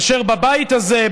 אשר בבית הזה,